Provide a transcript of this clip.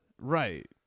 Right